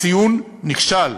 הציון: נכשל.